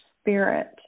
spirit